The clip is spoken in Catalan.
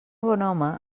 bonhome